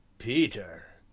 peter!